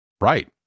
right